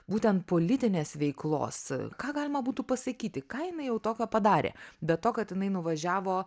būtent politinės veiklos ką galima būtų pasakyti ką jinai jau tokio padarė be to kad jinai nuvažiavo